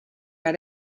bei